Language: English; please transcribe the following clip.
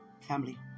family